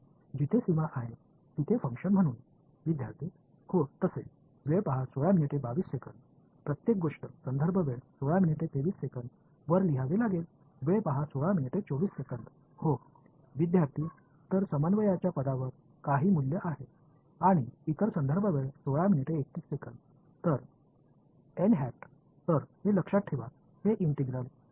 மற்றும் பிற எனவே இந்த ஒரு கண்டியூர் ஒருங்கிணைப்பு என்பதை நினைவில் கொள்ளுங்கள் இது எல்லையில் மட்டுமே மதிப்பிடப்படுகிறது இது ஒரு கொள்ளளவில் மதிப்பீடு செய்யப்படவில்லை